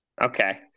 Okay